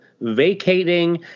vacating